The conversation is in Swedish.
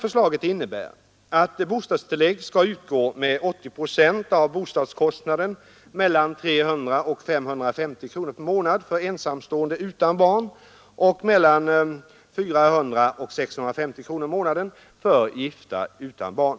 Förslaget innebär att bostadstillägg skall utgå med 80 procent av bostadskostnaden mellan 300 och 550 kronor per månad för ensamstående utan barn och mellan 400 och 650 kronor per månad för gifta utan barn.